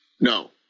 No